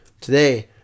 today